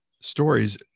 stories